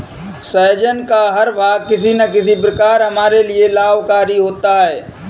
सहजन का हर भाग किसी न किसी प्रकार हमारे लिए लाभकारी होता है